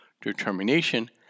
determination